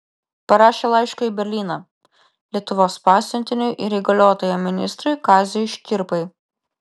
parašė laišką į berlyną lietuvos pasiuntiniui ir įgaliotajam ministrui kaziui škirpai